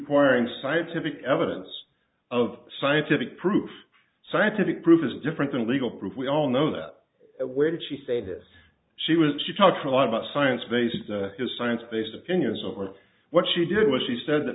and scientific evidence of scientific proof scientific proof is different than legal proof we all know that where did she say that she was she talked a lot about science based his science based opinions or what she did was she said that